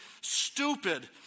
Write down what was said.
stupid